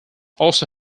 also